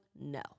no